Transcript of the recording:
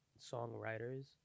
songwriters